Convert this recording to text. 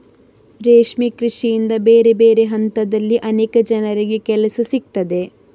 ರೇಷ್ಮೆ ಕೃಷಿಯಿಂದ ಬೇರೆ ಬೇರೆ ಹಂತದಲ್ಲಿ ಅನೇಕ ಜನರಿಗೆ ಕೆಲಸ ಸಿಗ್ತದೆ